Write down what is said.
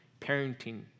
parenting